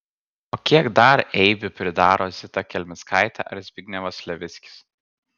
o kiek dar eibių pridaro zita kelmickaitė ar zbignevas levickis